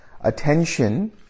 Attention